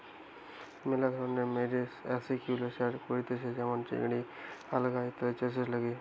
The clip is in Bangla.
মেলা ধরণের মেরিন আসিকুয়াকালচার করতিছে যেমন চিংড়ি, আলগা ইত্যাদি চাষের লিগে